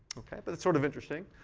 but that's sort of interesting.